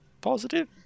Positive